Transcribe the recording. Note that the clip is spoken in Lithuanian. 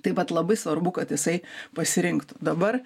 taip pat labai svarbu kad jisai pasirinktų dabar